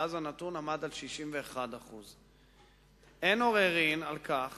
שאז הנתון עמד על 61%. אין עוררין על כך